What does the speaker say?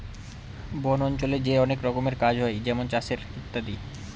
বন অঞ্চলে যে অনেক রকমের কাজ হয় যেমন চাষের ইত্যাদি